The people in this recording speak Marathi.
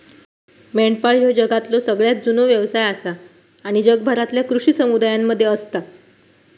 मेंढपाळ ह्यो जगातलो सगळ्यात जुनो व्यवसाय आसा आणि जगभरातल्या कृषी समुदायांमध्ये असता